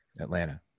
Atlanta